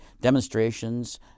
demonstrations